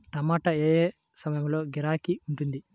టమాటా ఏ ఏ సమయంలో గిరాకీ ఉంటుంది?